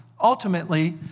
Ultimately